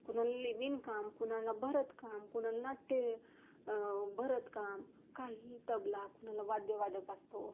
कुणाला विणकाम कुणाला भरतकाम कुणाला नाट्य भरतकाम काही तबला कुणाला वाद्यवादक असतो